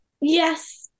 Yes